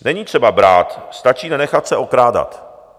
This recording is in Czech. Není třeba brát, stačí nenechat se okrádat.